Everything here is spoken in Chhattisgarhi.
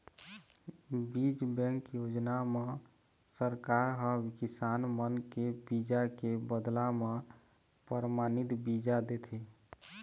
बीज बेंक योजना म सरकार ह किसान मन के बीजा के बदला म परमानित बीजा देथे